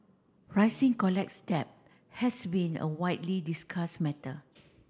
rising college debt has been a widely discussed matter